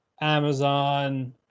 Amazon